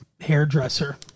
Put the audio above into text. hairdresser